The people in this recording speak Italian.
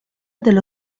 dello